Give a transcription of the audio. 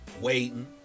waiting